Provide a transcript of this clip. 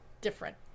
different